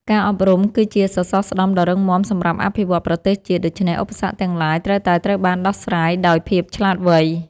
ការអប់រំ គឺ ជាសសរស្តម្ភដ៏រឹងមាំសម្រាប់អភិវឌ្ឍប្រទេសជាតិ ដូច្នេះ ឧបសគ្គទាំងឡាយត្រូវតែត្រូវបានដោះស្រាយដោយភាពឆ្លាតវៃ។